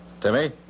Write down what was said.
Timmy